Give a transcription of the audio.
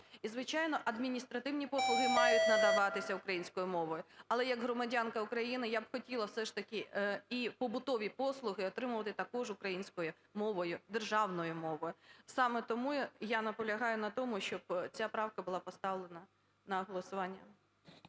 і звичайно адміністративні послуги мають надаватися українською мовою. Але як громадянка України я б хотіла все ж таки і побутові послуги отримувати також українською мовою – державною мовою. Саме тому я наполягаю на тому, щоб ця правка була поставлена на голосування.